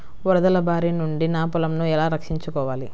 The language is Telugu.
వరదల భారి నుండి నా పొలంను ఎలా రక్షించుకోవాలి?